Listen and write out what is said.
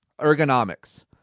Ergonomics